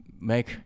make